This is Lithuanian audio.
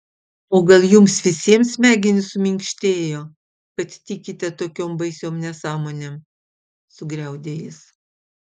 o gal jums visiems smegenys suminkštėjo kad tikite tokiom baisiom nesąmonėm sugriaudė jis